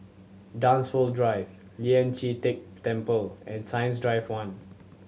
Dunsfold Drive Lian Chee Kek Temple and Science Drive One